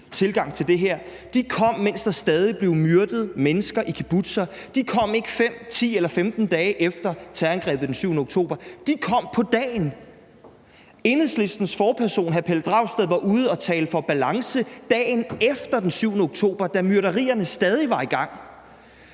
her kom, mens der stadig blev myrdet mennesker i kibbutzer, de kom ikke 5, 10 eller 15 dage efter terrorangrebet den 7. oktober. De kom på dagen! Enhedslistens forperson, hr. Pelle Dragsted, var ude at tale for balance dagen efter den 7. oktober, da myrderierne stadig var i gang.